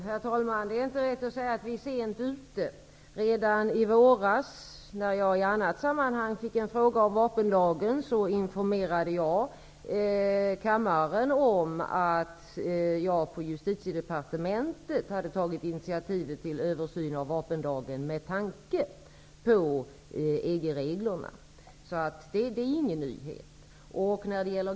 Herr talman! Det är inte rätt att säga att vi är sent ute. Redan i våras, när jag i ett annat sammanhang fick en fråga om vapenlagen, informerade jag kammaren om att jag på Justitiedepartementet hade tagit initiativ till översyn av vapenlagen med tanke på EG-reglerna. Det är ingen nyhet.